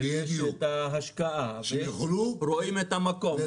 ויש את ההשקעה ורואים את המקום.